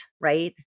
right